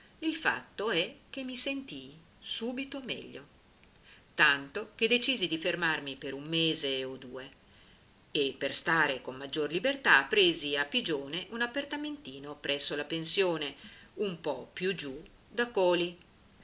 il fatto è che mi sentii subito meglio tanto che decisi di fermarmi per un mese o due e per stare con maggior libertà presi a pigione un appartamentino presso la pensione un po più giù da coli